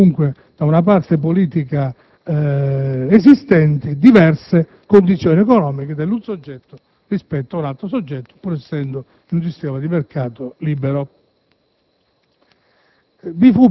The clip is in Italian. o ritenute esistenti da una parte politica diverse condizioni economiche di un soggetto rispetto a un altro, pur essendo in un sistema di mercato libero.